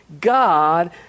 God